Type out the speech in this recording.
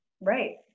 Right